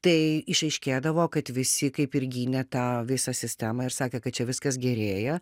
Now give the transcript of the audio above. tai išaiškėdavo kad visi kaip ir gynė tą visą sistemą ir sakė kad čia viskas gerėja